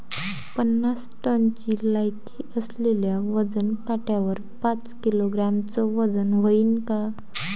पन्नास टनची लायकी असलेल्या वजन काट्यावर पाच किलोग्रॅमचं वजन व्हईन का?